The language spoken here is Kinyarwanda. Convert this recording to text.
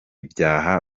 byaha